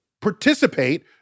participate